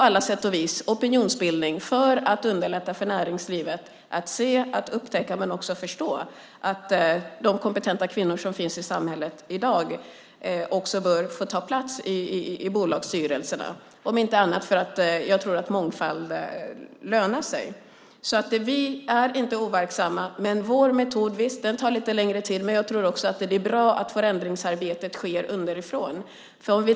Vi har opinionsbildning för att underlätta för näringslivet att se, upptäcka och förstå att de kompetenta kvinnor som finns i samhället i dag också bör få ta plats i bolagsstyrelserna, om inte annat för att jag tror att mångfald lönar sig. Vi är inte overksamma, men vår metod tar lite längre tid. Jag tror dock att det är bra att förändringsarbetet sker underifrån.